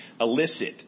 illicit